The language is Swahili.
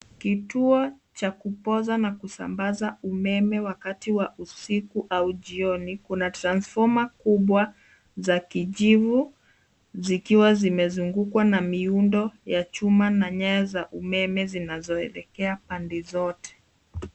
Kituo cha kupoza na kusambaza umeme wakati wa usiku au jioni. Kuna transfoma kubwa za kijivu zikiwa zimezungukwa na miundo ya chuma na nyaya za umeme zinazoelekea pande zote.